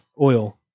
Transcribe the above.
oil